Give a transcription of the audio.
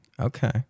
Okay